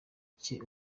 cye